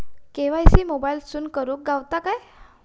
KYC मोबाईलातसून करुक गावता काय?